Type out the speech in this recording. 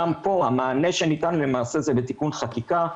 גם כאן המענה שניתן למעשה זה בתיקון חקיקה,